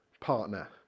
partner